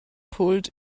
pulled